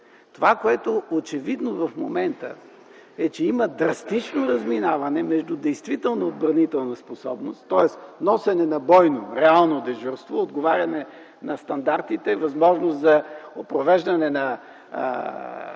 Това, което е очевидно в момента, е, че има драстично разминаване между действителната отбранителна способност, тоест носенето на бойно, реално дежурство да отговаря на стандартите, възможността за провеждане на